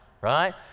right